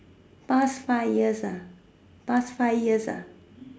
past five years ah past five years ah